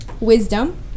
wisdom